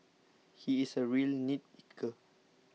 he is a real nitpicker